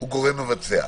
אני מבקש